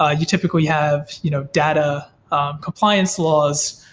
ah you typically have you know data um compliance laws,